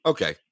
Okay